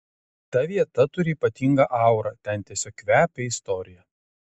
ta vieta turi ypatingą aurą ten tiesiog kvepia istorija